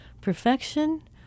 Perfection